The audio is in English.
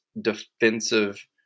defensive